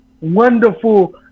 wonderful